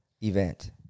event